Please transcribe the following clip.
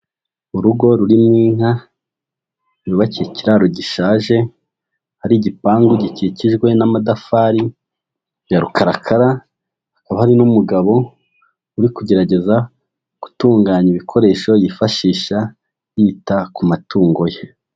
Urugo rurimo inka yubakiye ikiraro gishaje, hari igipangu gikikijwe n'amatafari ya rukarakara, hakaba hari n'umugabo uri kugerageza gutunganya ibikoresho yifashisha yita ku matungo ye.